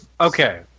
okay